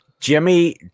Jimmy